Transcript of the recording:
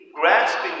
grasping